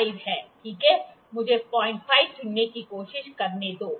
05 है ठीक है मुझे 05 चुनने की कोशिश करने दो